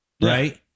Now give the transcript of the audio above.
right